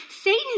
Satan